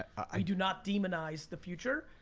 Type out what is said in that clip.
i do not demonize the future,